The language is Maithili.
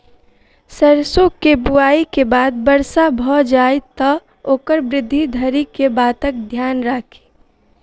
सैरसो केँ बुआई केँ बाद वर्षा भऽ जाय तऽ ओकर वृद्धि धरि की बातक ध्यान राखि?